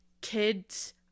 kids